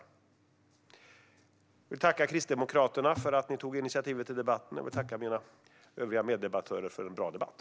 Jag vill tacka Kristdemokraterna för initiativet till debatten och övriga meddebattörer för en bra debatt.